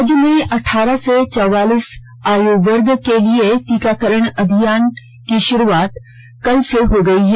राज्य में अठारह से चौवालीस आयु वर्ग के लिए टीकाकरण अभियान की शुरुआत कल से हो गई है